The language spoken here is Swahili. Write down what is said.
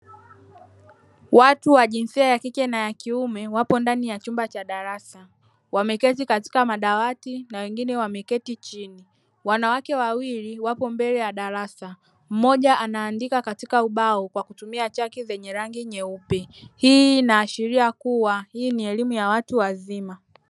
Watu wa jinsia ya kike na ya kiume wapo ndani ya chumba cha darasa wameketi katika madawati na wengine wameketi chini, wanawake wawili wapo mbele ya darasa mmoja anaandika katika ubao kwa kutumia chaki yenye rangi nyeupe. Hii inaashiria kuwa hii ni elimu ya watu wazima.